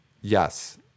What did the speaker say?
Yes